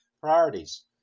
priorities